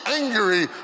angry